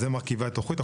זה מרכיבי התוכנית.